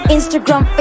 Instagram